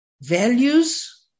values